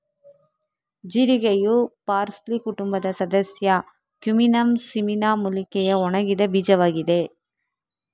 ಜೀರಿಗೆಯು parsley ಕುಟುಂಬದ ಸದಸ್ಯ cuminum cyminum ಮೂಲಿಕೆಯ ಒಣಗಿದ ಬೀಜವಾಗಿದೆ